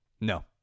no